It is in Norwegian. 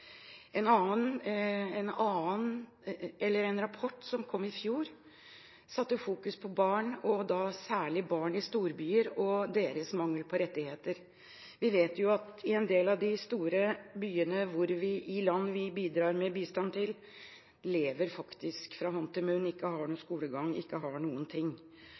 En rapport som kom i fjor, fokuserte på barn, særlig barn i storbyer og deres mangel på rettigheter. Vi vet at barn i en del av de store byene i land vi bidrar med bistand til, faktisk lever fra hånd til munn og ikke har noen skolegang eller noen ting.